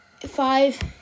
five